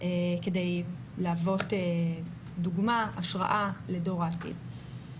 כדי להוות דוגמה, השראה לדור העתיד.